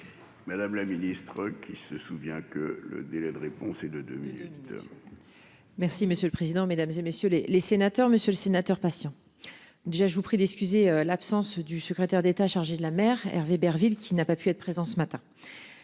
Madame la ministre, qui se souvient que le délai de réponse et de deux minutes.-- Merci monsieur le président, Mesdames, et messieurs les les sénateurs, monsieur le sénateur patients. Déjà, je vous prie d'excuser l'absence du secrétaire d'État chargée de la mer. Hervé Berville qui n'a pas pu être présents ce matin.